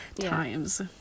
times